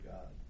God